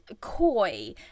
coy